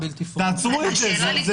תעצרו את זה.